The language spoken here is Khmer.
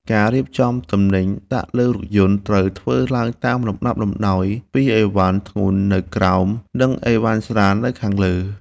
ការរៀបចំទំនិញដាក់លើរថយន្តត្រូវធ្វើឡើងតាមលំដាប់លំដោយពីអីវ៉ាន់ធ្ងន់នៅក្រោម និងអីវ៉ាន់ស្រាលនៅខាងលើ។